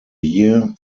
year